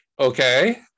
okay